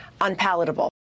unpalatable